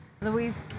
Louise